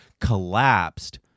collapsed